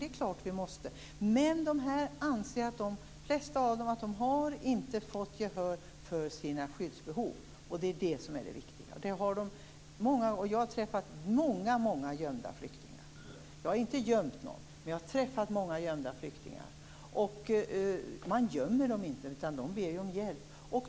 Men de flesta av dessa människor anser att de inte har fått gehör för sina skyddsbehov, och det är det som är det viktiga. Jag har träffat många gömda flyktingar. Jag har inte gömt någon, men jag har träffat många. Man gömmer dem inte, utan de ber om hjälp.